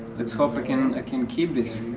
let's hope i can can keep this.